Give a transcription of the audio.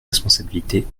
responsabilité